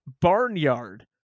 barnyard